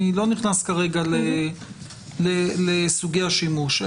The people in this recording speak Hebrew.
אני לא נכנס כרגע לסוגי השימוש.